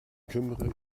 kümmere